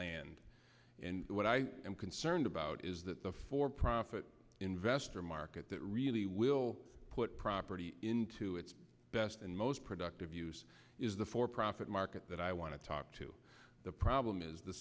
land and what i am concerned about is that the for profit investor market that really will put property into its best and most productive use is the for profit market that i want to talk to the problem is the